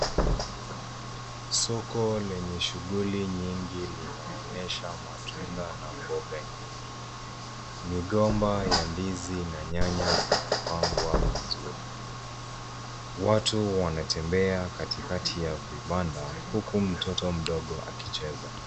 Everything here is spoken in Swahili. Soko lenye shughuli nyingi linaonyesha matunda na mboga nyingi ,migomba ya ndizi na nyanya zimepangwa vizuri. Watu wanatembea katikati ya vibanda uku mtoto mdogo akicheza.